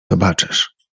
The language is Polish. zobaczysz